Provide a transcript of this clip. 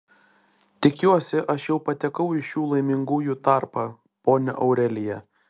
tikiuosi aš jau patekau į šių laimingųjų tarpą ponia aurelija